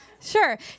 sure